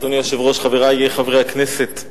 אדוני היושב-ראש, חברי חברי הכנסת,